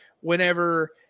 whenever